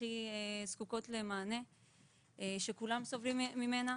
הכי זקוקה למענה ושכולם סובלים ממנה.